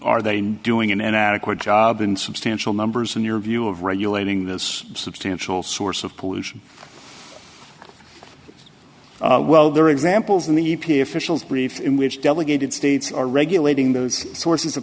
are they in doing an adequate job in substantial numbers in your view of regulating this substantial source of pollution well there are examples in the e p a officials brief in which delegated states are regulating those sources of